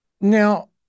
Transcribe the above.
Now